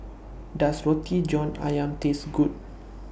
Does Roti John Ayam Taste Good